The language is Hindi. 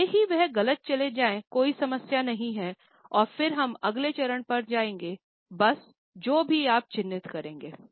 भले ही वह गलत चला जाए कोई समस्या नहीं है और फिर हम अगले चरण पर जाएंगे बस जो भी आप चिह्नित करेंगे